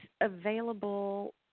available